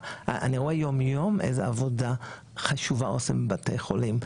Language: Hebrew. אני רואה יום-יום איזו עבודה חשובה עושים בבתי חולים.